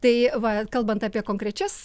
tai va kalbant apie konkrečias